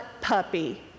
puppy